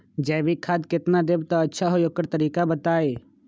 जैविक खाद केतना देब त अच्छा होइ ओकर तरीका बताई?